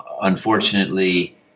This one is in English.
unfortunately